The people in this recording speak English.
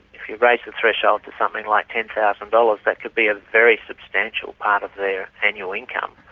if you raise the threshold to something like ten thousand dollars, that could be a very substantial part of their annual income,